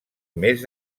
més